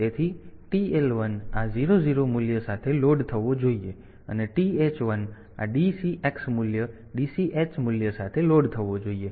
તેથી TL1 આ 00 મૂલ્ય સાથે લોડ થવો જોઈએ અને TH1 આ DCx મૂલ્ય DCH મૂલ્ય સાથે લોડ થવો જોઈએ